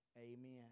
Amen